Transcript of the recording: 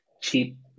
cheap